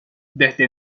desde